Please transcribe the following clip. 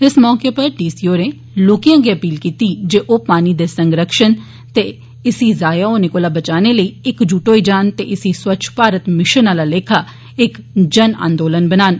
इस मौके D C होरें लोकें अग्गै अपील कीती जे ओह् पानी दे संरक्षण ते इसी जाया होने कोला बचाने लेई इक्कजुट होई जान ते इसी स्वच्छ भारत मिशन आला लेखा इक जन आंदोलन बनान